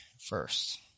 first